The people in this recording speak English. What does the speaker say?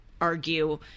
argue